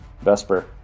Vesper